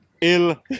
ill